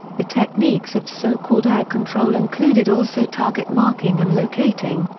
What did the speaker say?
the techniques of so-called air control included also target marking and locating,